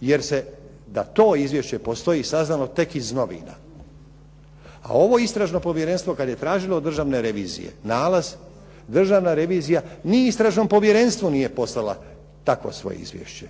jer se da to izvješće postoji saznalo tek iz novina a ovo Istražno povjerenstvo kad je tražilo od Državne revizije nalaz Državna revizija ni Istražnom povjerenstvu nije poslala takvo svoje izvješće